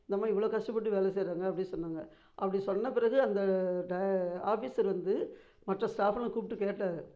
அந்த அம்மா இவ்வளோ கஷ்டப்பட்டு வேலை செய்கிறாங்க அப்படின்னு சொன்னாங்க அப்படி சொன்ன பிறகு அந்த ட ஆஃபீஸர் வந்து மற்ற ஸ்டாஃபுங்களும் கூப்பிட்டு கேட்டார்